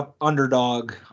underdog